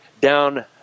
down